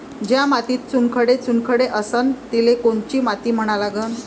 ज्या मातीत चुनखडे चुनखडे असन तिले कोनची माती म्हना लागन?